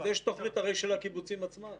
אבל יש תוכנית הרי של הקיבוצים עצמם.